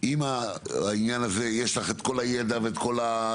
אם העניין הזה, יש לך את כול הידע בסדר.